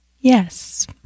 Yes